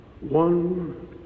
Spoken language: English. one